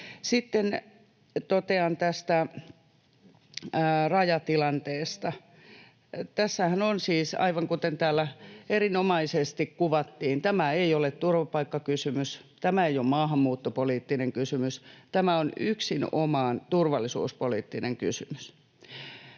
Sitten totean tästä rajatilanteesta. Aivan kuten täällä erinomaisesti kuvattiin, tämä ei ole turvapaikkakysymys, tämä ei ole maahanmuuttopoliittinen kysymys, tämä on yksinomaan turvallisuuspoliittinen kysymys.